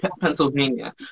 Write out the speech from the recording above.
Pennsylvania